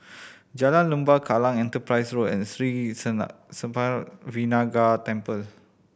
Jalan Lembah Kallang Enterprise Road and Sri Senpaga Vinayagar Temple